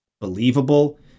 believable